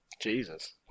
jesus